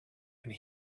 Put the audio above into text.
and